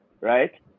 right